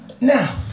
Now